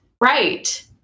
Right